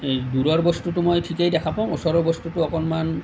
এই দূৰৰ বস্তুটো মই ঠিকেই দেখা পাওঁ ওচৰৰ বস্তুটো অকণমান